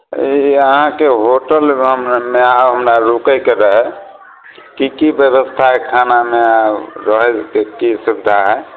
ई अहाँके होटलमे हमरा रूकैके रहै की की व्यवस्था अइ खानामे रहैके की सुविधा हए